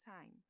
time